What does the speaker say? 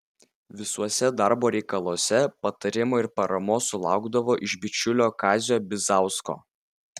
visuose darbo reikaluose patarimo ir paramos sulaukdavo iš bičiulio kazio bizausko